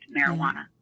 marijuana